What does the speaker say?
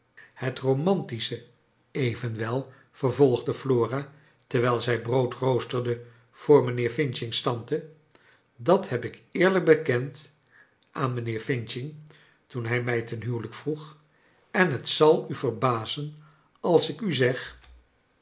het romantische even wel vervolgde flora terwijl zij brood roosterde voor mijnheer f's tante dat heb ik eerlijk bekend aan mijnheer f toen hij mij ten huwelijk vroeg en het zal u verbazen als ik u zeg